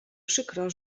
przykro